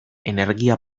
energia